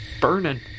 burning